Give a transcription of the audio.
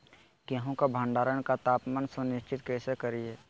गेहूं का भंडारण का तापमान सुनिश्चित कैसे करिये?